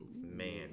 man